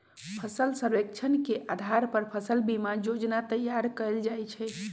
फसल सर्वेक्षण के अधार पर फसल बीमा जोजना तइयार कएल जाइ छइ